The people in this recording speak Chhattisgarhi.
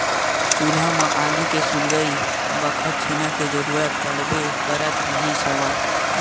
चूल्हा म आगी के सुलगई बखत छेना के जरुरत पड़बे करत रिहिस हवय